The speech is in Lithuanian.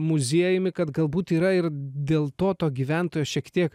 muziejumi kad galbūt yra ir dėl to gyventojo šiek tiek